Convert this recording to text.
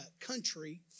country